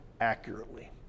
accurately